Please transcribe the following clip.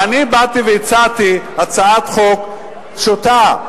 ואני באתי והצעתי הצעת חוק פשוטה: